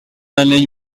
anell